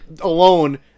alone